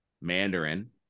Mandarin